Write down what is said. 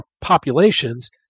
populations